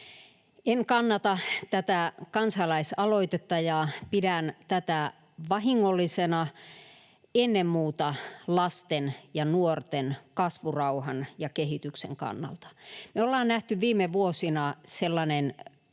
En kannata tätä kansalaisaloitetta ja pidän tätä vahingollisena ennen muuta lasten ja nuorten kasvurauhan ja kehityksen kannalta. Me ollaan nähty viime vuosina sellainen